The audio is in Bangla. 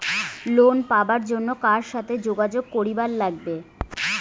লোন পাবার জন্যে কার সাথে যোগাযোগ করিবার লাগবে?